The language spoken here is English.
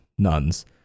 nuns